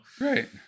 Right